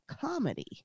comedy